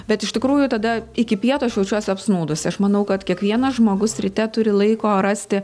bet iš tikrųjų tada iki pietų aš jaučiuosi apsnūdusi aš manau kad kiekvienas žmogus ryte turi laiko rasti